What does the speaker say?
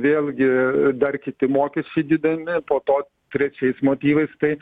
vėlgi dar kiti mokesčiai didinami po to trečiais motyvais taip